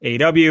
AW